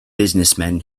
businessmen